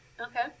Okay